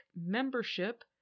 membership